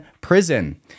prison